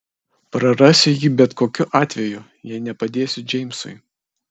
prarasiu jį bet kokiu atveju jei nepadėsiu džeimsui